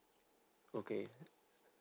okay